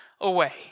away